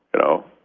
you know?